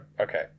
okay